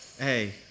Hey